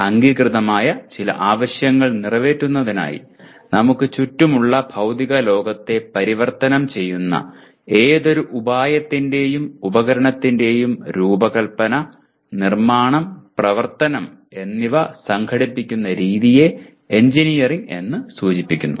അംഗീകൃതമായ ചില ആവശ്യങ്ങൾ നിറവേറ്റുന്നതിനായി നമുക്ക് ചുറ്റുമുള്ള ഭൌതിക ലോകത്തെ പരിവർത്തനം ചെയ്യുന്ന ഏതൊരു ഉപായത്തിന്റെയും ഉപകരണത്തിന്റെയും രൂപകൽപ്പന നിർമ്മാണം പ്രവർത്തനം എന്നിവ സംഘടിപ്പിക്കുന്ന രീതിയെ എഞ്ചിനീയറിംഗ് എന്ന് സൂചിപ്പിക്കുന്നു